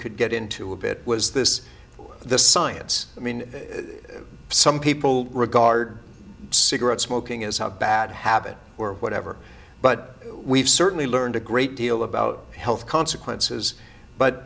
could get into a bit was this the science i mean some people regard cigarette smoking as a bad habit or whatever but we've certainly learned a great deal about health consequences but